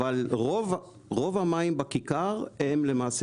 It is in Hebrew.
אבל רוב המים בכיכר הם למעשה,